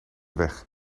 weg